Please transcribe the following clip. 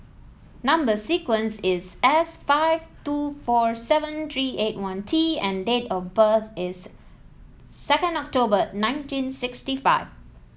number sequence is S five two four seven three eight one T and date of birth is second October nineteen sixty five